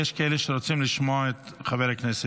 יש כאלה שרוצים לשמוע את חבר הכנסת.